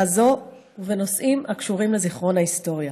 זו ובנושאים הקשורים לזיכרון ההיסטוריה.